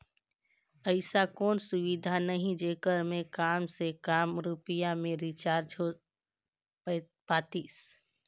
ऐसा कोई सुविधा नहीं जेकर मे काम से काम रुपिया मे रिचार्ज हो पातीस?